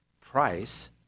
price